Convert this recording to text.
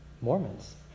Mormons